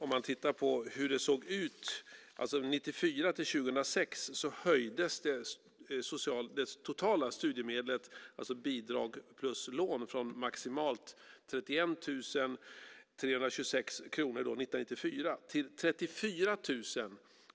Om man tittar på hur det såg ut 1994-2006 ser man att det totala studiemedlet, det vill säga bidrag plus lån, höjdes från maximalt 31 326 kronor år 1994 till 34